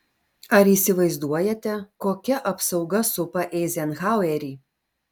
ar įsivaizduojate kokia apsauga supa eizenhauerį